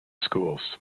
schools